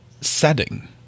setting